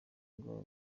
ngo